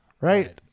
Right